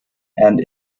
and